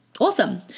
Awesome